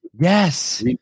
Yes